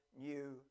new